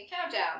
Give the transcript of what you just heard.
countdown